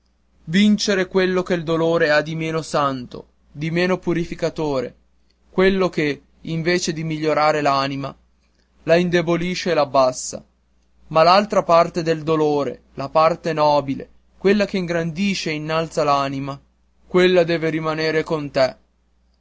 vincere quello che il dolore ha di meno santo di meno purificatore quello che invece di migliorare l'anima la indebolisce e l'abbassa ma l'altra parte del dolore la parte nobile quella che ingrandisce e innalza l'anima quella deve rimanere con te